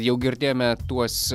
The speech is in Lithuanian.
jau girdėjome tuos